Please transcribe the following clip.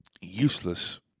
Useless